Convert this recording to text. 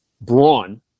brawn